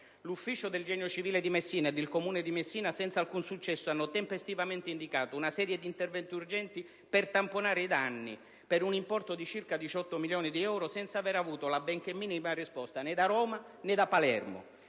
L'ufficio del Genio civile di Messina e il Comune di Messina, senza alcun successo, hanno tempestivamente indicato una serie di interventi urgenti per tamponare i danni, per un importo di circa 18 milioni di euro, senza avere avuto la benché minima risposta né da Roma né da Palermo.